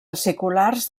aciculars